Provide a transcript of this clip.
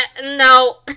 no